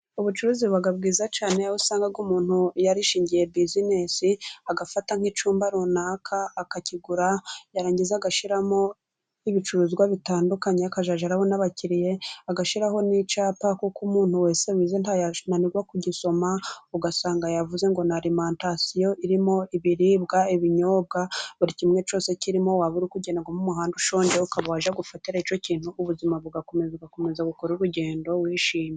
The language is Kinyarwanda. Ubucuruzi buba bwiza cyane, aho usanga umuntu yarishingiye bizinesi ,agafata nk'icyumba runaka akakigura, yarangiza agashyiramo ibicuruzwa bitandukanye ,akazajya arabona abakiriya ,agashyiraho n'icyapa kuko umuntu wese wize ntabwo yananirwa kugisoma, ugasanga yavuze ngo ni alimantasiyo irimo ibiribwa, ibinyobwa ,buri kimwe cyose kirimo, waba uri kugenda uri mu muhanda ushonje ukaba wajya gufatiramo icyo ikintu, ubuzima bugakomeza, ugakomeza gukora urugendo wishimye.